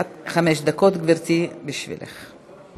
עד חמש דקות, גברתי, בשבילך.